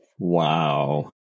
Wow